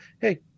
hey